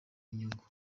inyungu